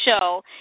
show